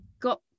got